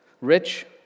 rich